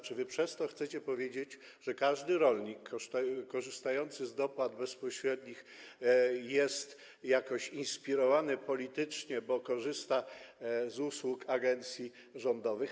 Czy przez to chcecie powiedzieć, że każdy rolnik korzystający z dopłat bezpośrednich jest jakoś inspirowany politycznie, bo korzysta z usług agencji rządowych?